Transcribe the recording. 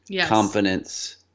confidence